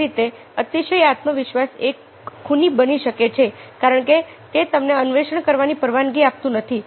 એ જ રીતે અતિશય આત્મવિશ્વાસ એક ખૂની બની શકે છે કારણ કે તે તમને અન્વેષણ કરવાની પરવાનગી આપતું નથી